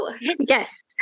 Yes